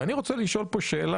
אני רוצה לשאול כאן שאלה.